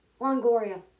Longoria